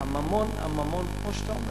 הממון, הממון, כמו שאתה אומר.